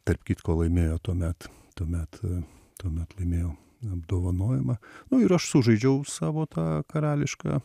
tarp kitko laimėjo tuomet tuomet tuomet laimėjo apdovanojimą nu ir aš sužaidžiau savo tą karališką